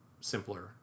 simpler